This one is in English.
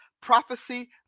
Prophecy